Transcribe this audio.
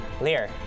Lear